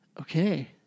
Okay